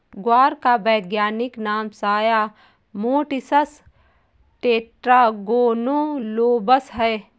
ग्वार का वैज्ञानिक नाम साया मोटिसस टेट्रागोनोलोबस है